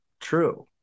true